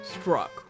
struck